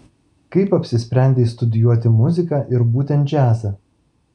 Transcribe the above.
kaip apsisprendei studijuoti muziką ir būtent džiazą